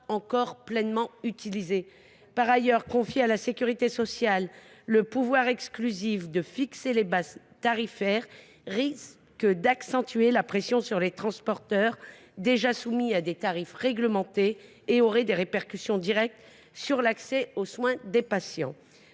pas pleinement utilisés ? Par ailleurs, le fait de confier à la sécurité sociale le pouvoir exclusif de fixer les bases tarifaires risque d’accentuer la pression exercée sur les transporteurs, déjà soumis à des tarifs réglementés, et cela aurait une répercussion directe sur l’accès aux soins des patients.